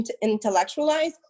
intellectualize